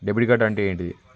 Debit card అంటే ఏంటిది?